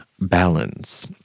balance